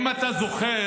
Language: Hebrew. אם אתה זוכר,